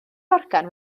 morgan